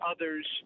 others